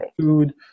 food